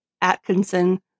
Atkinson